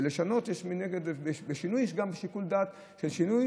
ולשנות, בשינוי יש גם שיקול דעת של שינוי